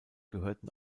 gehörten